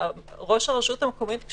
ראש הרשות המקומית,